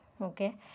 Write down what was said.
okay